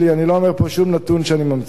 אני לא אומר פה שום נתון שאני ממציא.